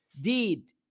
deed